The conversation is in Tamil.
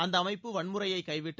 அந்த அமைப்பு வன்முறையை கைவிட்டு